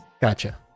Gotcha